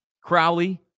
Crowley